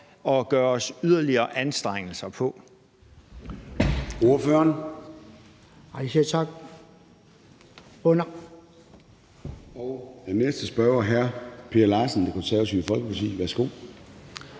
at gøre os yderligere anstrengelser på